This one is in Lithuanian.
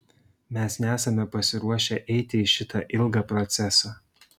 mes nesame pasiruošę eiti į šitą ilgą procesą